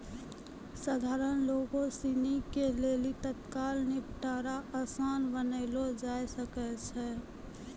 सधारण लोगो सिनी के लेली तत्काल निपटारा असान बनैलो जाय सकै छै